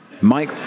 Mike